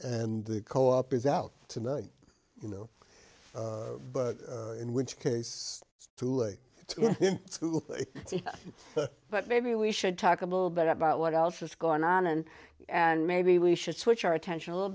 and the co op is out tonight you know but in which case it's too late to school but maybe we should talk a little bit about what else is going on and and maybe we should switch our attention a little